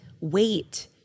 wait